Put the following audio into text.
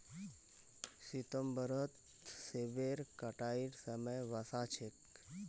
सितंबरत सेबेर कटाईर समय वसा छेक